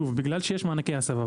בגלל שיש מענקי הסבה,